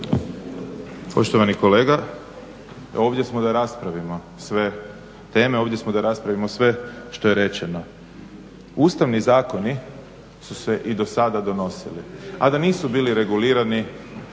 Poštovani kolega, ovdje smo da raspravimo sve teme, ovdje smo da raspravimo sve što je rečeno. Ustavni zakoni su se i do sada donosili, a da nisu bili regulirani